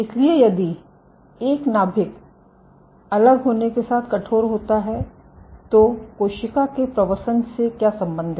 इसलिए यदि एक नाभिक अलग होने के साथ कठोर होता है तो कोशिका के प्रवसन से क्या सम्बन्ध है